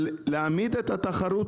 אבל להעמיד את התחרות